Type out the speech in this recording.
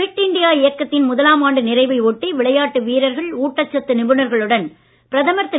bit India இயக்கத்தின் முதலாம் ஆண்டு நிறைவை ஒட்டி விளையாட்டு வீரர்கள் ஊட்டச்சத்து நிபுணர்களுடன் பிரதமர் திரு